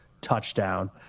touchdown